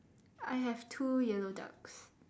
I have two yellow ducks